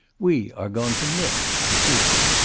we are going to knit i feel it.